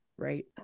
right